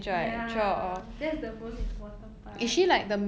ya that's the most important part